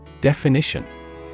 Definition